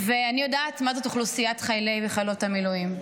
ואני יודעת מה זה אוכלוסיית חיילי וחיילות המילואים.